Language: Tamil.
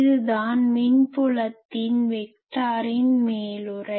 இதுதான் மின்புலத்தின் வெக்டாரின் மேலுறை